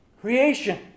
creation